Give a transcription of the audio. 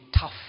tough